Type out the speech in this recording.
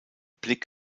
blick